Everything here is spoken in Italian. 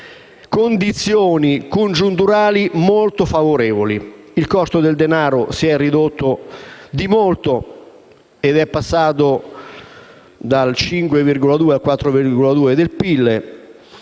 condizioni congiunturali siano molto favorevoli. Il costo del denaro si è ridotto di molto ed è passato dal 5,2 al 4,2 per